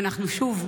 ושוב,